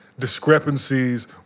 discrepancies